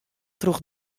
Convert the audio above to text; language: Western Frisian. troch